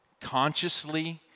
consciously